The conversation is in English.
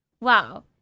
wow